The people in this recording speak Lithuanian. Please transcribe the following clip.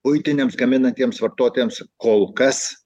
buitiniams gaminantiems vartotojams kol kas